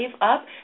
up